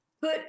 put